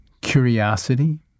curiosity